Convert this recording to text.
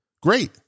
Great